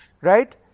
right